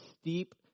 steep